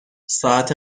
ساعت